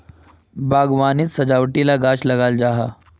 बाग्वानित सजावटी ला गाछ लगाल जाहा